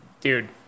dude